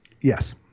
Yes